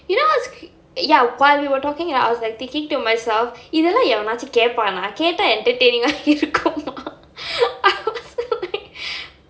you know ya while we were talking right I was like thinking to myself இதெல்லாம் எவனாச்சும் கேப்பானா கேட்டா:ithellaam yevanaachum keppaanaa kettaa entertaining இருக்குமா:irukkumaa